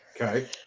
Okay